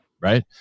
right